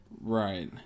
Right